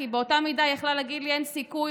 כי באותה מידה היא יכלה להגיד לי: אין סיכוי,